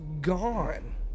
gone